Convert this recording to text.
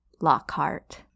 Lockhart